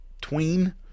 tween